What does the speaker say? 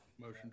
Motion